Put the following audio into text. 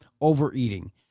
overeating